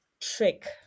trick